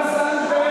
עפר שלח,